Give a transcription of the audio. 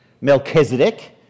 Melchizedek